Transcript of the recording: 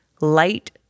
light